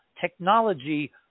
Technology